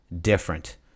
different